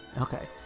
Okay